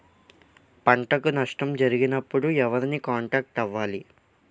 పంటకు నష్టం జరిగినప్పుడు ఎవరిని కాంటాక్ట్ అవ్వాలి?